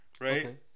right